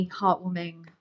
heartwarming